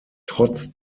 trotz